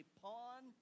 pawn